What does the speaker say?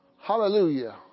Hallelujah